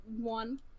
one